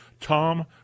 Tom